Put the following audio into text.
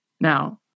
now